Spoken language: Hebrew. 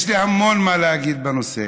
יש לי המון מה להגיד בנושא.